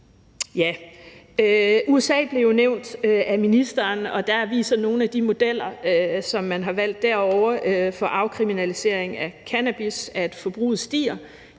USA blev jo nævnt af ministeren, og der viser nogle af de modeller, man har valgt derovre, for afkriminalisering af cannabis, at forbruget stiger.